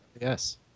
Yes